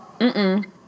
Mm-mm